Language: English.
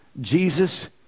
Jesus